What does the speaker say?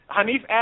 Hanif